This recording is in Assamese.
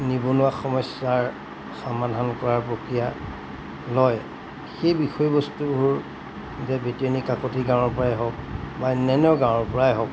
নিবনুৱা সমস্যাৰ সমাধান কৰাৰ প্ৰক্ৰিয়া লয় সেই বিষয়বস্তুবোৰ যে বেতিয়নী কাকতি গাঁৱৰপৰাই হওক বা অন্যান্য গাঁৱৰপৰাই হওক